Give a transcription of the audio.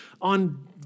on